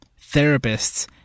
therapists